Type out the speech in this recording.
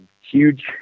huge